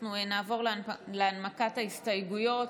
אנחנו נעבור להנמקת ההסתייגויות.